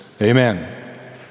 amen